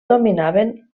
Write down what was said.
dominaven